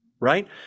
right